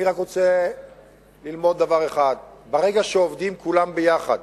אני רוצה ללמד רק דבר אחד: ברגע שכולם עובדים ביחד,